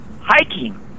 hiking